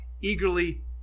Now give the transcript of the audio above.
eagerly